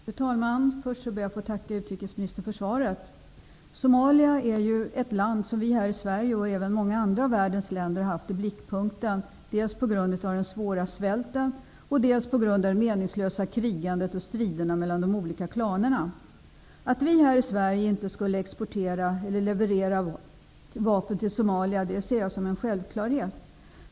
Fru talman! Först ber jag att få tacka utrikesministern för svaret. Somalia är ett land som vi här i Sverige och även många andra av världens länder har haft i blickpunkten, dels på grund av den svåra svälten, dels på grund av det meningslösa krigandet och striderna mellan de olika klanerna. Att vi här i Sverige inte skall leverera vapen till Somalia ser jag som en självklarhet.